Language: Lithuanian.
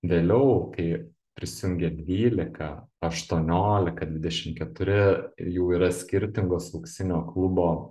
vėliau kai prisijungia dvylika aštuoniolika dvidešim keturi ir jau yra skirtingos auksinio klubo